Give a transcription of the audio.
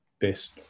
best